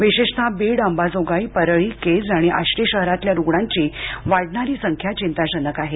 विशेषतः बीड अंबाजोगाई परळी केज आणि आष्टी शहरातील रुग्णांची वाढणारी संख्या चिंताजनक आहे